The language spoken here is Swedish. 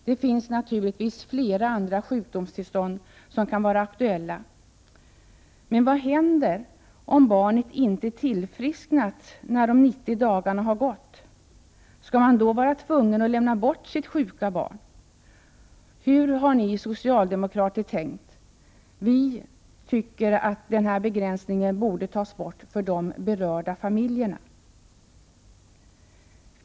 Det finns naturligtvis flera andra sjukdomstillstånd som kan vara aktuella. Men vad händer om barnet inte tillfrisknat när de 90 dagarna gått? Skall man då vara tvungen att lämna bort sitt sjuka barn? Hur har ni socialdemokrater egentligen tänkt? Vi anser att denna begränsning bör tas bort för de berörda familjerna.